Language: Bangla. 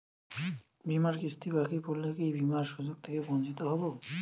বিমার কিস্তি বাকি পড়লে কি বিমার সুযোগ থেকে বঞ্চিত হবো?